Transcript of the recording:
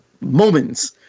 moments